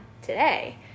today